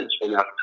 enough